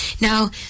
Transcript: Now